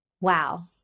wow